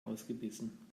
ausgebissen